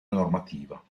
normativa